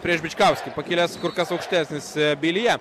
prieš bičkauskį pakilęs kur kas aukštesnis bilija